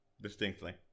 distinctly